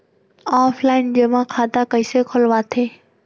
Offline जेमा खाता कइसे खोलवाथे?